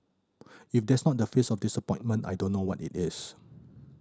if that's not the face of disappointment I don't know what it is